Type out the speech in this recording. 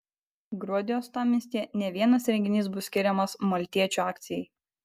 gruodį uostamiestyje ne vienas renginys bus skiriamas maltiečių akcijai